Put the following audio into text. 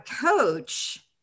coach